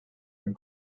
and